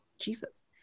Jesus